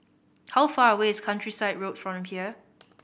how far away is Countryside Road from here